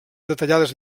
detallades